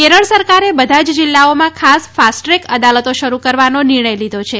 કેરળ સરકારે બધા જ જિલ્લાઓમાં ખાસ ફાસ્ટટ્રેક અદાલતો શરૂ કરવાનો નિર્ણય લીધો છે